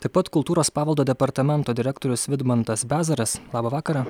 taip pat kultūros paveldo departamento direktorius vidmantas bezaras labą vakarą